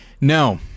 No